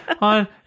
on